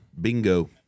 Bingo